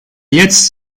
jetzt